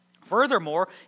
Furthermore